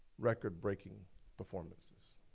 record-breaking performances.